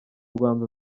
rwanda